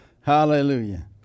Hallelujah